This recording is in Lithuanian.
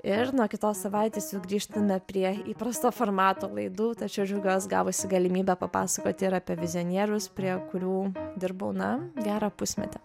ir nuo kitos savaitės jau grįžtame prie įprasto formato laidų tačiau džiaugiuos gavusi galimybę papasakoti ir apie vizionierius prie kurių dirbau na gerą pusmetį